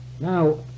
now